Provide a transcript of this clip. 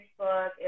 Facebook